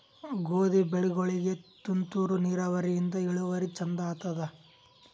ಗೋಧಿ ಬೆಳಿಗೋಳಿಗಿ ತುಂತೂರು ನಿರಾವರಿಯಿಂದ ಇಳುವರಿ ಚಂದ ಆತ್ತಾದ?